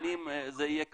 זה יהיה קשה.